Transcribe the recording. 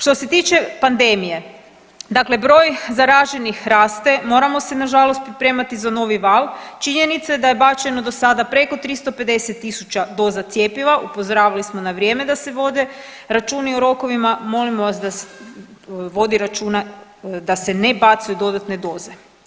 Što se tiče pandemije, dakle broj zaraženih raste, moramo se nažalost pripremati za novi val, činjenica da je bačeno dosada preko 350 tisuća doza cjepiva, upozoravali smo na vrijeme da se vode računi o rokovima, molimo vas da se vodi računa da se ne bacaju dodatne doze.